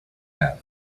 have